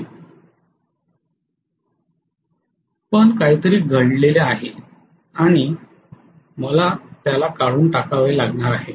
पण काहीतरी घडलेले आहे आणि मला त्याला काढून टाकावे लागणार आहे